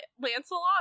Lancelot